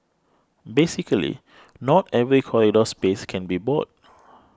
basically not every corridor space can be bought